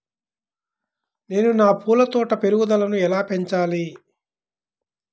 నేను నా పూల తోట పెరుగుదలను ఎలా పెంచాలి?